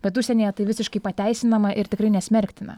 bet užsienyje tai visiškai pateisinama ir tikrai nesmerktina